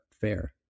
fair